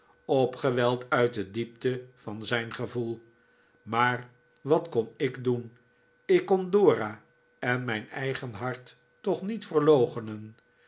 opgeweld uit de diepte van zijn gevoel maar wat kon ik doen ik kon dora en mijn eigen hart toch niet verloochenen